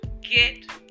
get